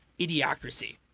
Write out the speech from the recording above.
idiocracy